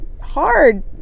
hard